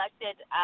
elected